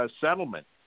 settlement